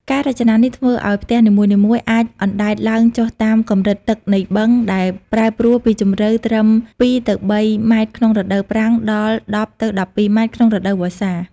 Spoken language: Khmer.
ការរចនានេះធ្វើឱ្យផ្ទះនីមួយៗអាចអណ្ដែតឡើងចុះតាមកម្រិតទឹកនៃបឹងដែលប្រែប្រួលពីជម្រៅត្រឹម ២ទៅ៣ ម៉ែត្រក្នុងរដូវប្រាំងដល់ ១០ទៅ១២ ម៉ែត្រក្នុងរដូវវស្សា។